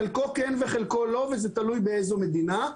חלקו כן וחלקו לא וזה תלוי באיזה מדינה.